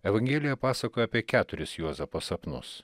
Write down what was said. evangelija pasakoja apie keturis juozapo sapnus